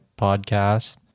podcast